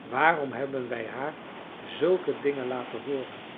waarom hebben wij haar zulke dingen laten hooren